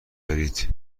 دارید